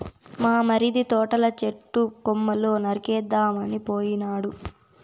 మా మరిది తోటల చెట్టు కొమ్మలు నరికేదానికి పోయినాడు